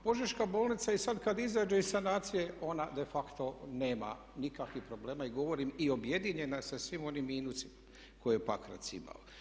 Požeška bolnica i sad kad izađe iz sanacije ona de facto nema nikakvih problema i govorim i objedinjena je sa svim onim minusima koje je Pakrac imao.